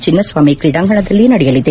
ಚಿನ್ನಸ್ಲಾಮಿ ಕ್ರೀಡಾಂಗಣದಲ್ಲಿ ನಡೆಯಲಿದೆ